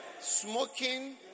Smoking